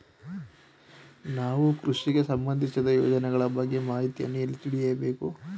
ನಾವು ಕೃಷಿಗೆ ಸಂಬಂದಿಸಿದ ಯೋಜನೆಗಳ ಬಗ್ಗೆ ಮಾಹಿತಿಯನ್ನು ಎಲ್ಲಿ ತಿಳಿಯಬೇಕು?